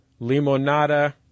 Limonada